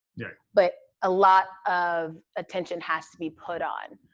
yeah. but a lot of attention has to be put on,